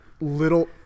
little